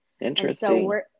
Interesting